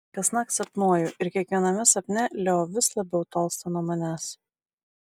kasnakt sapnuoju ir kiekviename sapne leo vis labiau tolsta nuo manęs